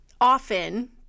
often